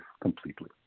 completely